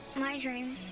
my dream